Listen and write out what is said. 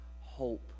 hope